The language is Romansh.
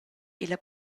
ella